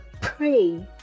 pray